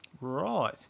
Right